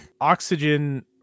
oxygen